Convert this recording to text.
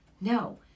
No